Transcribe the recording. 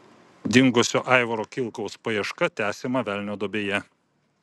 dingusio aivaro kilkaus paieška tęsiama velnio duobėje